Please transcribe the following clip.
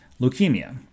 leukemia